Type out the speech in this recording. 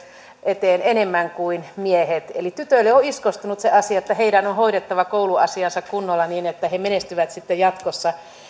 eteen enemmän kuin miehet eli tytöille on iskostunut se asia että heidän on hoidettava kouluasiansa kunnolla niin niin että he menestyvät sitten jatkossa